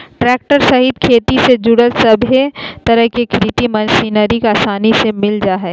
tractor सहित खेती से जुड़ल सभे तरह के कृषि मशीनरी आसानी से मिल जा हइ